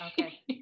okay